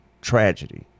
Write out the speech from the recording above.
tragedy